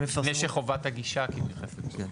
לפני שחובת הגישה נכנסת לתוקף?